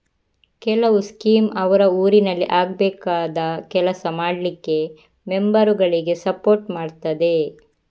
ಕೆಲವು ಸ್ಕೀಮ್ ಅವ್ರ ಊರಿನಲ್ಲಿ ಆಗ್ಬೇಕಾದ ಕೆಲಸ ಮಾಡ್ಲಿಕ್ಕೆ ಮೆಂಬರುಗಳಿಗೆ ಸಪೋರ್ಟ್ ಮಾಡ್ತದೆ